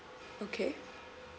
okay